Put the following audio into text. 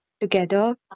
together